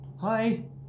Hi